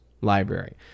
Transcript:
library